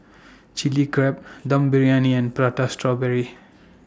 Chili Crab Dum Briyani and Prata Strawberry